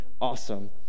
Awesome